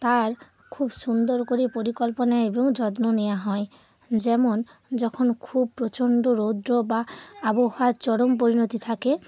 তার খুব সুন্দর করে পরিকল্পনা এবং যত্ন নেওয়া হয় যেমন যখন খুব প্রচণ্ড রৌদ্র বা আবহাওয়ার চরম পরিণতি থাকে